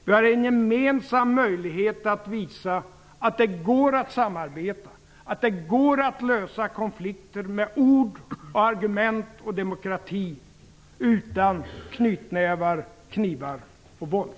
Vi har en gemensam möjlighet att visa att det går att samarbeta, att det går att lösa konflikter med ord, argument och demokrati, utan knytnävar, knivar och våld.